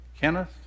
Kenneth